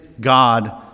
God